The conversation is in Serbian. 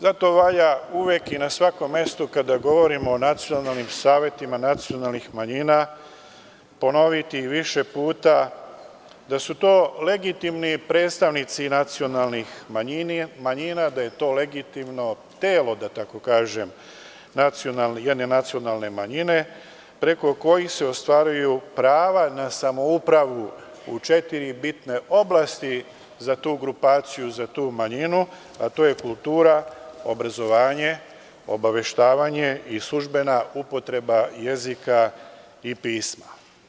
Zato valja uvek i na svakom mestu, kada govorimo o nacionalnim savetima nacionalnih manjina, ponoviti više puta da su to legitimni predstavnici nacionalnih manjina, da je to legitimno telo, da tako kažem, jedne nacionalne manjine, preko kojih se ostvaruju prava na samoupravu u četiri bitne oblasti za tu grupaciju, za tu manjinu, a to je kultura, obrazovanje, obaveštavanje i službena upotreba jezika i pisma.